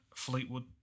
Fleetwood